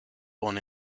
born